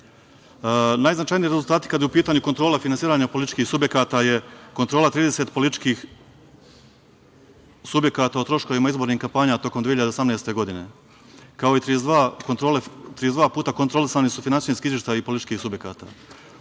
prijava. Najznačajniji rezultati kada je u pitanju kontrola finansiranja političkih subjekata je kontrola 30 političkih subjekata o troškovima izbornih kampanja tokom 2018. godine, kao i 32 puta kontrolisani su finansijski izveštaji političkih subjekata.